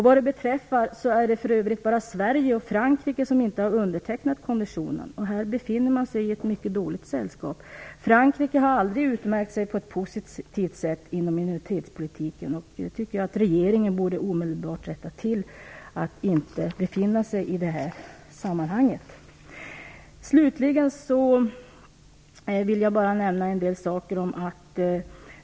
Vad det beträffar är det för övrigt bara Sverige och Frankrike som inte har undertecknat konventionen. Här befinner vi oss i ett mycket dåligt sällskap. Frankrike har aldrig utmärkt sig på ett positivt sätt inom minoritetspolitiken. Regeringen borde nu omedelbart borde rätta till det så att Sverige inte befinner sig i det sällskapet. Slutligen vill jag nämna ytterligare saker.